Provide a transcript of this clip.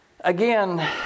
Again